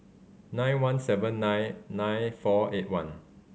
nine one seven nine nine four eight one